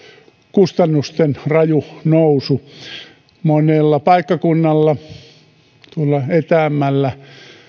kustannusten raju nousu monella paikkakunnalla tuolla etäämmällä